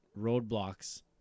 roadblocks